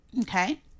Okay